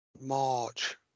March